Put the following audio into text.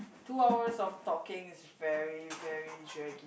two hours of talking is very very draggy